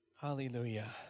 Hallelujah